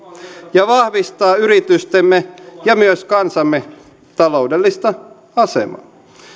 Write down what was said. ja vahvistaa yritystemme ja myös kansamme taloudellista asemaa